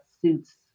suits